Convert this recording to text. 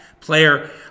player